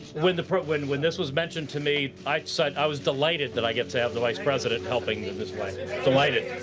when the, when when this was mentioned to me, i said i was delighted that i get to have the vice president helping in this way delighted,